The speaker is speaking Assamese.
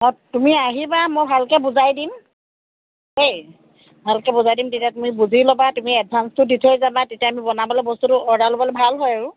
অ তুমি আহিবা মই ভালকৈ বুজাই দিম দেই ভালকৈ বুজাই দিম তেতিয়া তুমি বুজি ল'বা তুমি এডভাঞ্চটো দি থৈ যাবা তেতিয়া আমি বনাবলৈ বস্তুটো অৰ্ডাৰ ল'বলৈ ভাল হয় আৰু